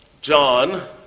John